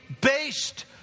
based